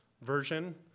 version